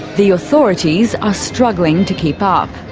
the authorities are struggling to keep up.